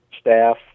staff